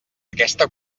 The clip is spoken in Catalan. aquesta